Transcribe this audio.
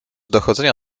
dochodzenia